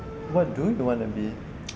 okay what do you want to be